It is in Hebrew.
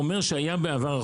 הוא אומר שהיה בעבר,